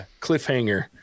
cliffhanger